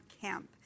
camp